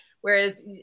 Whereas